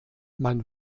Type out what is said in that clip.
man